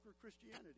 Christianity